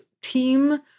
team